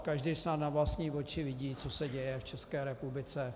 Každý sám na vlastní oči vidí, co se děje v České republice.